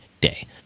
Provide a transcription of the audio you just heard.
day